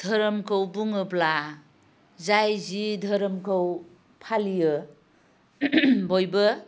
धोरोमखौ बुङोब्ला जाय जि धोरोमखौ फालियो बयबो